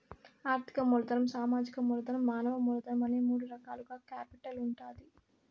ఆర్థిక మూలధనం, సామాజిక మూలధనం, మానవ మూలధనం అనే మూడు రకాలుగా కేపిటల్ ఉంటాది